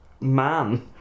man